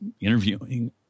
interviewing